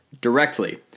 directly